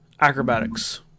Acrobatics